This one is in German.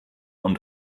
und